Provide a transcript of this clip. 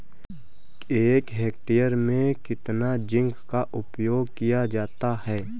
एक हेक्टेयर में कितना जिंक का उपयोग किया जाता है?